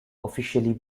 officially